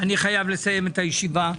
אני חייב לסיים את הישיבה.